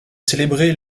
célébrée